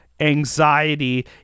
anxiety